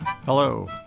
Hello